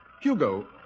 Hugo